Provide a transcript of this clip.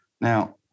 Now